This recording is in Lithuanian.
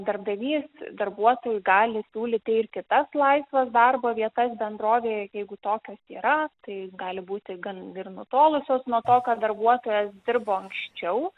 darbdavys darbuotojui gali siūlyti ir kitas laisvas darbo vietas bendrovėj jeigu tokios yra tai gali būti gan ir nutolusios nuo to ką darbuotojas dirbo anksčiau